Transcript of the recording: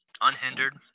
unhindered